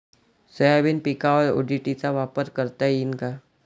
Soybean पिकावर ODT चा वापर करता येईन का?